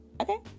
Okay